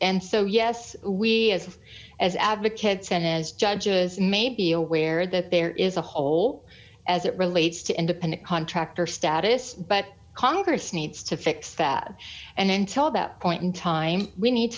and so yes we as as advocates and as judges may be aware that there is a hole as it relates to independent contractor status but congress needs to fix that and then tell about point in time we need